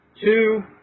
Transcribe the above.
two